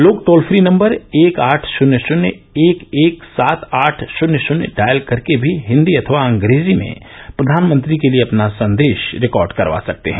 लोग toll free number एक आठ षून्य षून्य एक एक सात आठ षून्य षून्य डायल करके भी हिन्दी अथवा अंग्रेजी में प्रधानमंत्री के लिए अपना संदेश रिकार्ड करवा सकते हैं